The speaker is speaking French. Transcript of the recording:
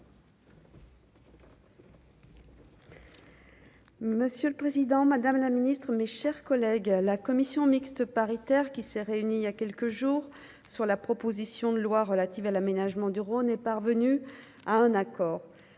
Monsieur le Président, Madame la Ministre, mes chers collègues, la commission mixte paritaire qui s'est réunie, il y a quelques jours, sur la proposition de loi relative à l'aménagement du Rhône est parvenu à un accord